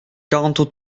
quarante